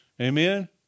Amen